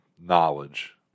knowledge